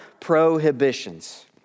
prohibitions